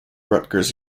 rutgers